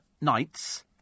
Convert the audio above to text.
nights